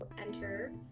enter